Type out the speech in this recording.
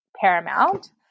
paramount